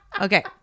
Okay